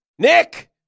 Nick